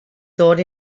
sword